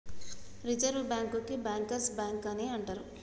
reserve బ్యాంకుని bankers bank అని అంటరు